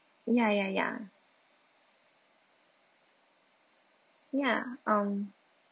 ya ya ya ya um